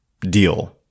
deal